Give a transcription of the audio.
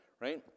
right